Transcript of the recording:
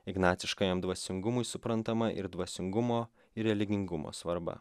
ignaciškajam dvasingumui suprantama ir dvasingumo ir religingumo svarba